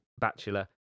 bachelor